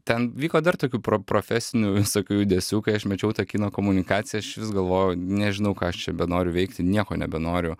ten vyko dar tokių pro profesinių visokių judesių kai aš mečiau tą kino komunikaciją aš vis galvojau nežinau ką aš čia benoriu veikti nieko nebenoriu